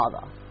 Father